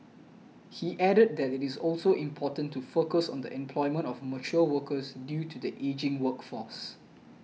he added that it is also important to focus on the employment of mature workers due to the ageing workforce